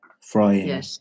frying